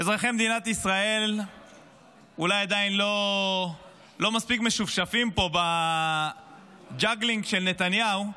אזרחי מדינת ישראל אולי עדיין לא מספיק משופשפים פה בג'גלינג של נתניהו,